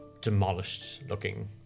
demolished-looking